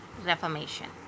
reformation